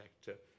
sector